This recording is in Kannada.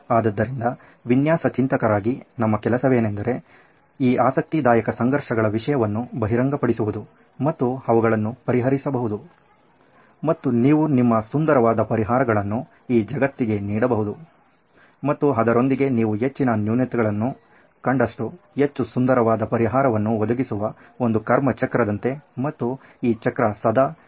ಆದ್ದರಿಂದ ವಿನ್ಯಾಸ ಚಿಂತಕರಾಗಿ ನಮ್ಮ ಕೆಲಸವೆಂದರೆ ಈ ಆಸಕ್ತಿದಾಯಕ ಸಂಘರ್ಷಗಳ ವಿಷಯವನ್ನು ಬಹಿರಂಗಪಡಿಸುವುದು ಮತ್ತು ಅವುಗಳನ್ನು ಪರಿಹರಿಸಬಹುದು ಮತ್ತು ನೀವು ನಿಮ್ಮ ಸುಂದರವಾದ ಪರಿಹಾರಗಳನ್ನು ಈ ಜಗತ್ತಿಗೆ ನೀಡಬಹುದು ಮತ್ತು ಅದರೊಂದಿಗೆ ನೀವು ಹೆಚ್ಚಿನ ನ್ಯೂನತೆಗಳನ್ನು ಕಂಡಷ್ಟು ಹೆಚ್ಚು ಸುಂದರವಾದ ಪರಿಹಾರವನ್ನು ಒದಗಿಸುವ ಒಂದು ಕರ್ಮ ಚಕ್ರದಂತೆ ಮತ್ತು ಈ ಚಕ್ರ ಸದಾ ಚಲಿಸುತ್ತಿರುತ್ತದೆ